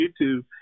YouTube